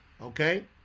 okay